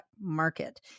market